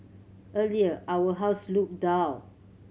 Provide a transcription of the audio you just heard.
earlier our house looked dull